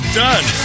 done